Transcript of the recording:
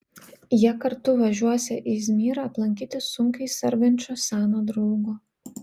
jie kartu važiuosią į izmyrą aplankyti sunkiai sergančio seno draugo